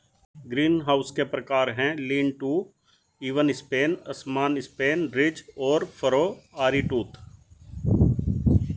greenhouse के प्रकार है, लीन टू, इवन स्पेन, असमान स्पेन, रिज और फरो, आरीटूथ